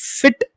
fit